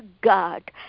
God